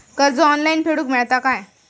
कर्ज ऑनलाइन फेडूक मेलता काय?